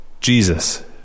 Jesus